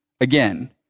Again